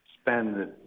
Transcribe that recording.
spend